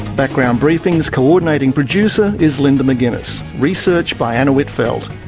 background briefing's coordinating producer is linda mcginness, research by anna whitfeld,